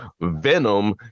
Venom